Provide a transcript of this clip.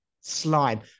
slime